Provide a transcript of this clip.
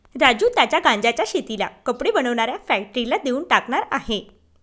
राजू त्याच्या गांज्याच्या शेतीला कपडे बनवणाऱ्या फॅक्टरीला देऊन टाकणार आहे